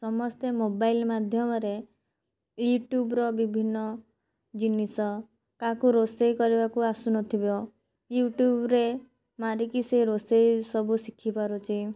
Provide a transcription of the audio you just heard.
ସମସ୍ତେ ମୋବାଇଲ୍ ମାଧ୍ୟମରେ ୟୁଟ୍ୟୁବ୍ର ବିଭିନ୍ନ ଜିନିଷ କାହାକୁ ରୋଷେଇ କରିବାକୁ ଆସୁନଥିବ ୟୁଟ୍ୟୁବ୍ରେ ମାରିକି ସେ ରୋଷେଇ ସବୁ ଶିଖିପାରୁଛି